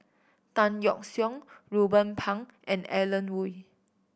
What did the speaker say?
Tan Yeok Seong Ruben Pang and Alan Oei